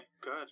good